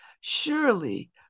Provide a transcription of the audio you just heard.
surely